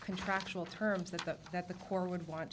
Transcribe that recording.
contractual terms that the that the corps would want